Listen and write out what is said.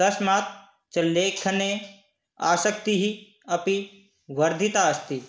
तस्मात् च लेखने आसक्तिः अपि वर्धिता अस्ति